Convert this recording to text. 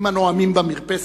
עם הנואמים במרפסת,